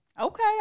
Okay